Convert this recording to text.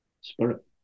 spirit